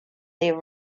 the